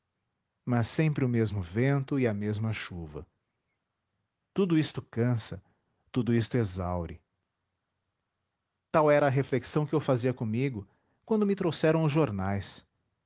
mas sempre o mesmo vento e a mesma chuva tudo isto cansa tudo isto exaure tal era a reflexão que eu fazia comigo quando me trouxeram os jornais